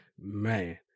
man